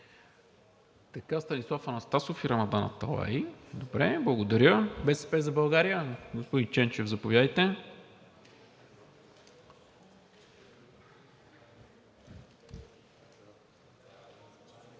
благодаря. От „БСП за България“ – господин Ченчев, заповядайте.